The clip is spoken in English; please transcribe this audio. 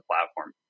platform